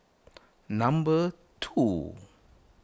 number two